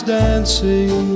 dancing